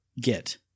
get